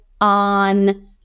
on